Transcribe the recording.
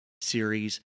series